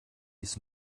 dies